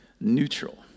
neutral